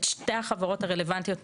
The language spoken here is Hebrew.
את שתי החברות הרלוונטיות,